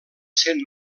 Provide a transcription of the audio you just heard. cent